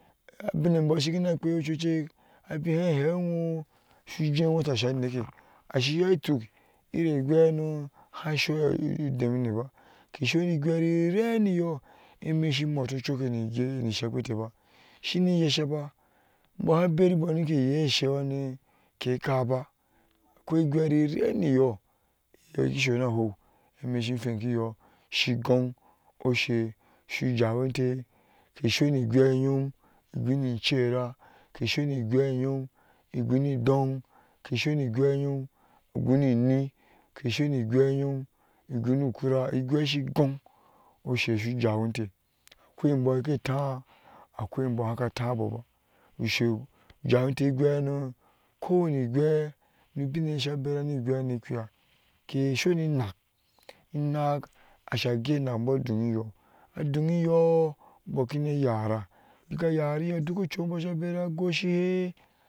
ubinne shikana pwe cuocek abihai hewinwo, suje wotaso aneke ashiyoituk ire gwehano hai soyo uu demineba kesoni gwee rireniyoeme shi mutuo cukke nige nisheppweteba, shinin yeshaba bo ha beribo nike ye shewuhane akoi igwe rireniyo eyo shiso na hou eme shin hwenkiyo shigon oshe oshe so jawinte kesoni gweyom igoni cehra ke soni gweyom igoni donk ke soni gweytom ukura igwee shigon oshe su ja jawinte, igwe hano ko wani gwe no binneye sha bera ni gwehano pwya, kesoni inak inak asha genak bɔdone yo adon eyo bɔkine yara bika yariyo dukko ubo she bera gosheyɛ